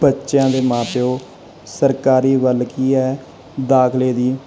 ਬੱਚਿਆਂ ਦੇ ਮਾਂ ਪਿਓ ਸਰਕਾਰੀ ਵੱਲ ਕੀ ਹੈ ਦਾਖਲੇ ਦੀ